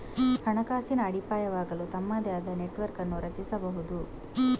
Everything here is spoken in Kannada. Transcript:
ಹಣಕಾಸಿನ ಅಡಿಪಾಯವಾಗಲು ತಮ್ಮದೇ ಆದ ನೆಟ್ವರ್ಕ್ ಅನ್ನು ರಚಿಸಬಹುದು